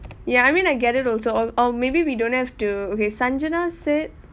ya I mean I get it also or or maybe we don't have to okay sangita said